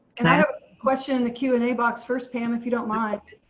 and i have a question the q and a box first pam, if you don't mind.